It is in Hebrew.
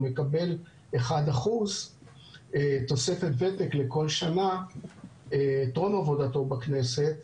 מקבל 1% תוספת ותק לכל שנה טרום עבודתו בכנסת,